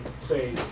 say